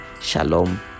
Shalom